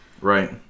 Right